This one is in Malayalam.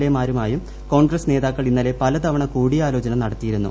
എ മാരുമായും കോൺഗ്രസ് നേതാക്കൾ ഇന്നലെ പലതവണ കൂടിയാലോചന നടത്തിയിരുന്നു